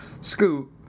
Scoot